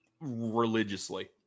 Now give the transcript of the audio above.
religiously